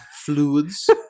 fluids